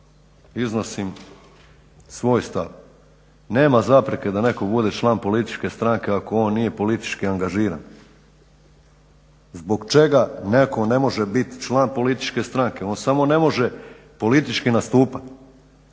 iznosim svoj stav. Nema zapreke da netko bude član političke stranke ako on nije politički organiziran. Zbog čega netko ne može biti član političke stranke. On samo ne može politički nastupati,